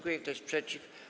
Kto jest przeciw?